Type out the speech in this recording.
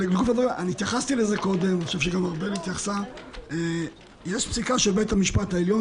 אני לא חושב שזה, יש החלטה על כתב